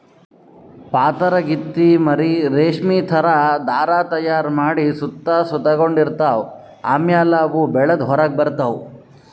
ಪಾತರಗಿತ್ತಿ ಮರಿ ರೇಶ್ಮಿ ಥರಾ ಧಾರಾ ತೈಯಾರ್ ಮಾಡಿ ಸುತ್ತ ಸುತಗೊಂಡ ಇರ್ತವ್ ಆಮ್ಯಾಲ ಅವು ಬೆಳದ್ ಹೊರಗ್ ಬರ್ತವ್